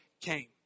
came